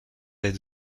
des